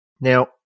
Now